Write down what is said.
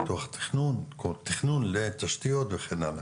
פיתוח תכנון לתשתיות וכן הלאה.